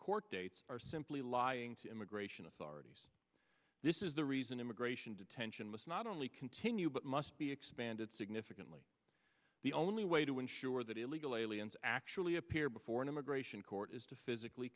court dates are simply lying to immigration authorities this is the reason immigration detention must not only continue but must be expanded significantly the only way to ensure that illegal aliens actually appear before an immigration court is to physically